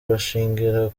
bashingira